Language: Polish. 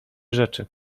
rzeczy